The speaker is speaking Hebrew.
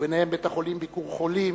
וביניהם בית-החולים "ביקור חולים",